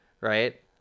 right